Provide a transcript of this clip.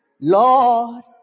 Lord